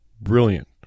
Brilliant